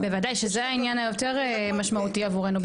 בוודאי, שזה העניין היותר משמעות עבורנו.